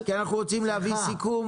כי אתה פשוט לא היית חבר בוועדת הכספים.